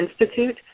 Institute